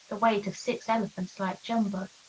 the weight of six elephants like jumbo.